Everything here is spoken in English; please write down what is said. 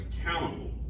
accountable